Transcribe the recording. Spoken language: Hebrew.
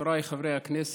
חבריי חברי הכנסת,